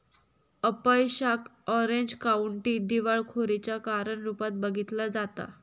अपयशाक Orange County दिवाळखोरीच्या कारण रूपात बघितला जाता